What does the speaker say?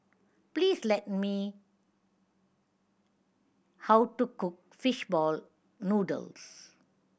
please let me how to cook fish ball noodles